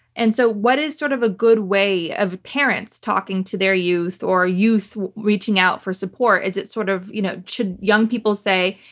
and so what is sort of a good way of parents talking to their youth, or youth reaching out for support? is it sort of you know of-should young people say,